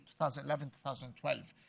2011-2012